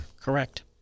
Correct